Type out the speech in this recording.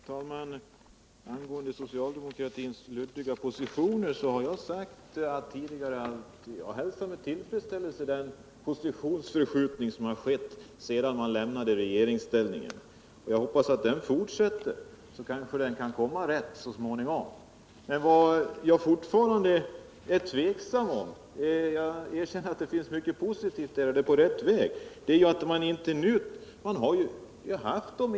Herr talman! Vad beträffar socialdemokratins luddiga formuleringar har jag sagt tidigare att jag hälsar med tillfredsställelse den positionsförskjutning som skett sedan man lämnade regeringsställningen. Jag hoppas att den fortsätter. Då kanske den kan komma rätt så småningom. Jag erkänner alltså att det finns mycket positivt och att man är på rätt väg.